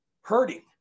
hurting